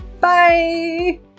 Bye